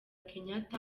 kenyatta